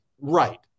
Right